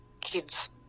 kids